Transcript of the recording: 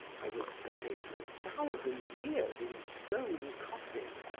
i was buried for a thousand years in stone coffins,